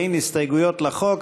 אין הסתייגויות לחוק.